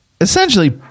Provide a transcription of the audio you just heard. essentially